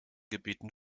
gebieten